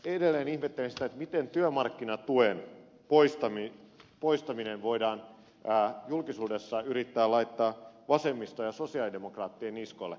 edelleen ihmettelen sitä miten työmarkkinatuen tarveharkinnan poistamatta jättäminen voidaan julkisuudessa yrittää laittaa vasemmiston ja sosialidemokraattien niskoille